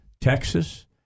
Texas